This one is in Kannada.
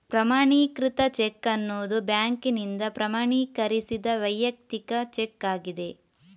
ಪ್ರಮಾಣೀಕೃತ ಚೆಕ್ ಅನ್ನುದು ಬ್ಯಾಂಕಿನಿಂದ ಪ್ರಮಾಣೀಕರಿಸಿದ ವೈಯಕ್ತಿಕ ಚೆಕ್ ಆಗಿದೆ